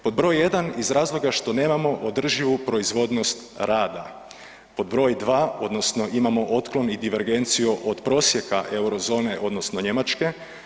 Pod broj jedan, iz razloga što nemamo održivu proizvodnost rada, pod broj dva odnosno imamo otklon i divergenciju od prosjeka eurozone odnosno Njemačke.